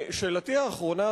ושאלתי האחרונה,